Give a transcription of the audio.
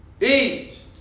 eat